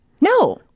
No